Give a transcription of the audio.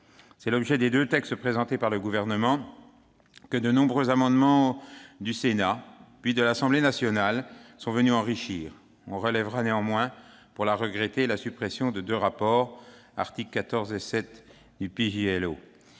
C'est l'objet des deux textes présentés par le Gouvernement, que de nombreux amendements du Sénat puis de l'Assemblée nationale sont venus enrichir. On relèvera néanmoins, pour la regretter, la suppression de deux rapports, prévus aux articles 14 et 16 du